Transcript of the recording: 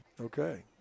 Okay